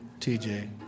TJ